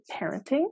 parenting